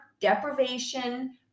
deprivation